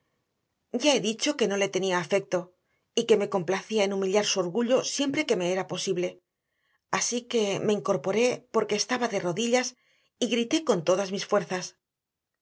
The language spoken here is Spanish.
ya he dicho que yo no le tenía afecto y que me complacía en humillar su orgullo siempre que me era posible así que me incorporé porque estaba de rodillas y grité con todas mis fuerzas